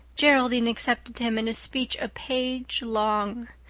geraldine accepted him in a speech a page long.